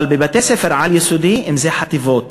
אבל בבתי-ספר על-יסודיים, אם חטיבות